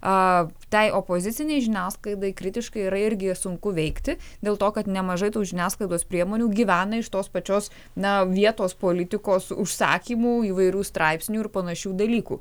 a tai opozicinei žiniasklaidai kritiškai yra irgi sunku veikti dėl to kad nemažai tų žiniasklaidos priemonių gyvena iš tos pačios na vietos politikos užsakymų įvairių straipsnių ir panašių dalykų